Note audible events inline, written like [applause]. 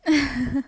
[laughs]